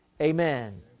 amen